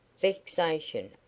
Vexation